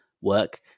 work